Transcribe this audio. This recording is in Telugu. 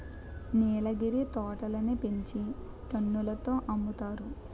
నీలగిరి తోటలని పెంచి టన్నుల తో అమ్ముతారు